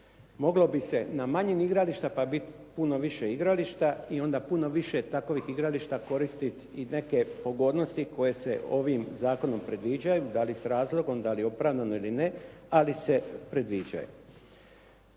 moglo bi se na manje igrališta, pa bi bilo puno više igrališta i onda puno više takovih igrališta koristiti i neke pogodnosti koje se ovim zakonom predviđaju dali s razlogom, dali opravdano ili ne, ali se predviđaju.